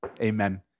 Amen